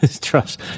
trust